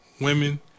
women